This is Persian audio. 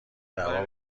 دعوا